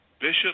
Bishop